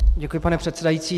Děkuji, pane předsedající.